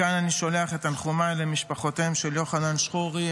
מכאן אני שולח את תנחומיי למשפחותיהם של יוחנן שחורי,